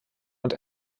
und